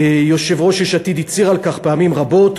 יושב-ראש יש עתיד הצהיר על כך פעמים רבות.